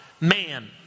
man